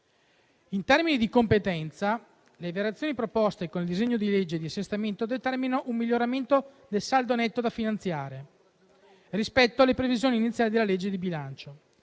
In termini di competenza, le variazioni proposte con il disegno di legge di assestamento determinano un miglioramento del saldo netto da finanziare rispetto alle previsioni iniziali della legge di bilancio.